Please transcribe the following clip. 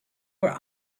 was